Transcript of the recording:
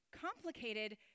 complicated